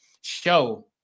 show